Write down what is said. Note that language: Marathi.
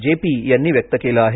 जे पी यांनी व्यक्त केलं आहे